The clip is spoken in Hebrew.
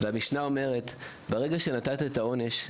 והמשנה אומרת: ברגע שנתת את העונש,